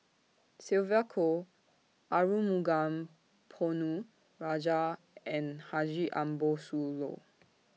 Sylvia Kho Arumugam Ponnu Rajah and Haji Ambo Sooloh